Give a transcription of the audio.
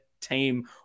team